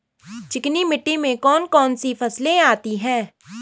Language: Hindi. चिकनी मिट्टी में कौन कौन सी फसलें होती हैं?